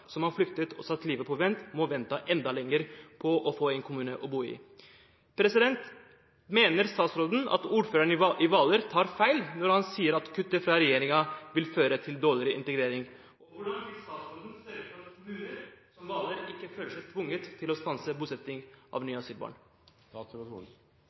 som har flyktet og satt livet på vent, må vente enda lenger på å få en kommune å bo i. Mener statsråden at ordføreren i Hvaler kommune tar feil når han sier at kuttet til regjeringen vil føre til dårligere integrering? Hvordan vil statsråden sørge for at kommuner som Hvaler ikke føler seg tvunget til å stanse bosetting av